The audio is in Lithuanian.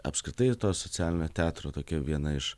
apskritai ir to socialinio teatro tokia viena iš